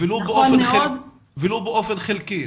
ולו באופן חלקי.